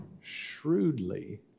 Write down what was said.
shrewdly